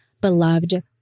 Beloved